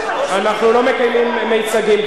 אנחנו לא מקיימים מיצגים.